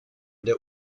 der